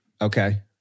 okay